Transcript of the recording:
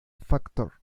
factor